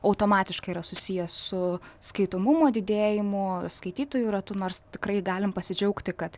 automatiškai yra susiję su skaitomumo didėjimu skaitytojų ratu nors tikrai galim pasidžiaugti kad